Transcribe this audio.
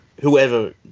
Whoever